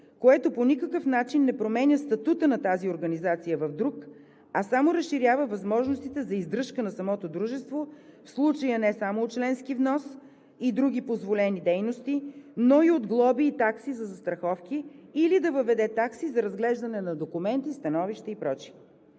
което по никакъв начин не променя статута на тази организация в друг, а само разширява възможностите за издръжка на самото дружество, в случая не само от членски внос и други позволени дейности, но и от глоби и такси за застраховки или да въведе такси за разглеждане на документи, становища и